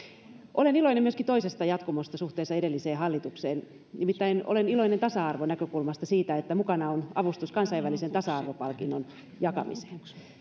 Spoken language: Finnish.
olen iloinen myöskin toisesta jatkumosta suhteessa edelliseen hallitukseen nimittäin olen iloinen tasa arvonäkökulmasta siitä että mukana on avustus kansainvälisen tasa arvopalkinnon jakamiseen